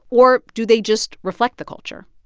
or do they just reflect the culture?